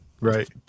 right